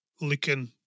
looking